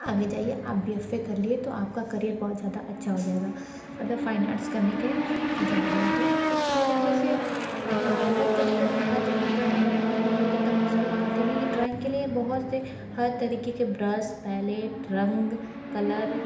आगे जाइए आप बी एफ़ ए कर लिए तो आपका करियर बहुत ज़्यादा अच्छा हो जाएगा मतलब फाइन आर्ट्स करने का सुझाव दिया तो इस चीज़ में जैसे बहुत कभी कभी हर जगह ड्राॅइंग बनाने में बहुत ज़्यादा मुश्किल हो जाती क्योंकि ड्राॅइंग के लिए बहुत से हर तरीक़े से ब्रश पैलेट रंग कलर